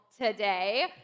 today